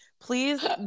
please